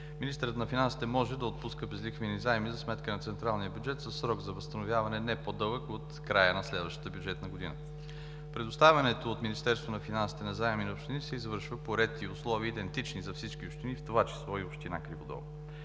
министърът на финансите може да отпуска безлихвени заеми за сметка на централния бюджет със срок за възстановяване не по-дълъг от края на следващата бюджетна година. Предоставянето от Министерството на финансите на заеми на общините се извършва по ред и условия, идентични за всички общини, в това число и община Криводол.